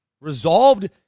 resolved